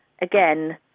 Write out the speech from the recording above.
again